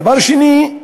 דבר שני,